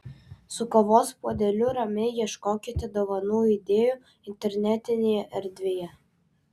su kavos puodeliu ramiai ieškokite dovanų idėjų internetinėje erdvėje